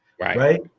Right